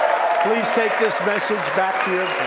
please take this message back to